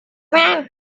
then